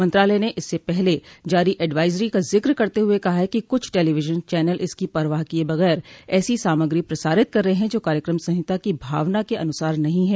मंत्रालय ने इससे पहले जारी एडवाइजरी का जिक्र करते हुए कहा है कि कुछ टेलीविजन चैनल इसकी परवाह किये बगैर ऐसी सामग्री प्रसारित कर रहे हैं जो कार्यक्रम संहिता की भावना के अनुसार नहीं है